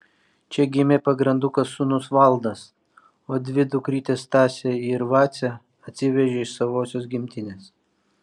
čia gimė pagrandukas sūnus valdas o dvi dukrytes stasę ir vacę atsivežė iš savosios gimtinės